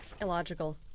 Illogical